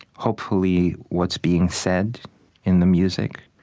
hopefully, what's being said in the music.